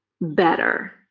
better